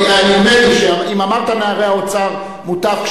אם אמרת "נערי האוצר" מוטב,